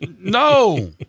no